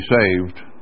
saved